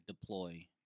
deploy